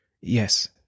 Yes